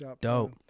Dope